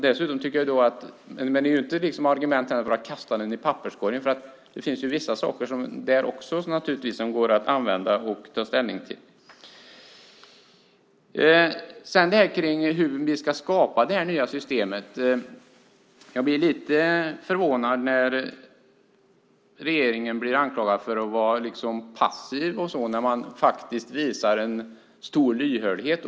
Det är ändå inte ett argument för att kasta den i papperskorgen, för det finns ju vissa saker där också naturligtvis som går att använda och ta ställning till. När det handlar om hur vi ska skapa det nya systemet blir jag lite förvånad över att regeringen blir anklagad för att vara passiv när man faktiskt visar stor lyhördhet.